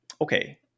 Okay